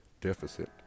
deficit